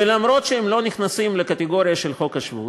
ואף שהם לא נכנסים לקטגוריה של חוק השבות,